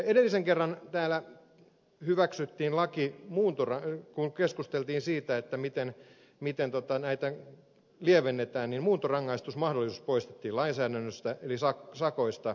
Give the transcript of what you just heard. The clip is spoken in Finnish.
edellisen kerran päällä hyväksyttiin laki muun tora kun täällä keskusteltiin siitä miten rangaistuksia lievennetään niin muuntorangaistusmahdollisuus poistettiin lainsäädännöstä eli sakoista